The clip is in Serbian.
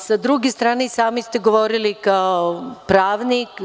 Sa druge strane i sami ste govorili kao pravnik.